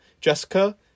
Jessica